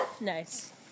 Nice